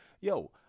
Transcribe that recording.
yo